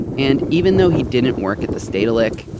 and even though he didn't work at the stedelijk,